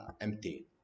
empty